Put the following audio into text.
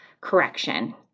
correction